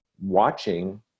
watching